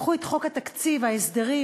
לקחו את חוק התקציב, ההסדרים.